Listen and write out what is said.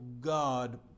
God